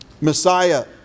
Messiah